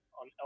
on